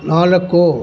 ನಾಲ್ಕು